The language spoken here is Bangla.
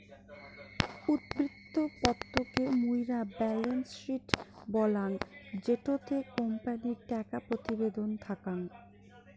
উদ্ধৃত্ত পত্র কে মুইরা বেলেন্স শিট বলাঙ্গ জেটোতে কোম্পানির টাকা প্রতিবেদন থাকাং